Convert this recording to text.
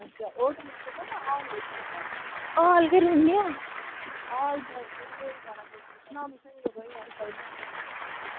hall करी ओड़ने आं